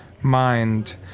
mind